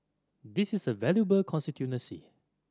this is a valuable constituency